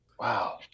Wow